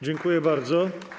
Dziękuję bardzo.